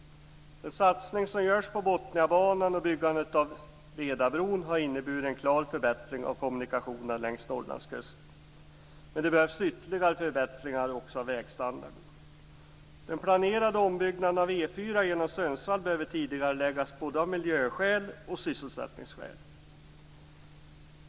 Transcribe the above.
Den satsning som görs på Botniabanan och byggandet av Vedabron har inneburit en klar förbättring av kommunikationerna längs Norrlandskusten. Men det behövs ytterligare förbättringar också av vägstandarden. Den planerade ombyggnaden av E 4 genom Sundsvall behöver tidigareläggas både av miljöskäl och av sysselsättningsskäl.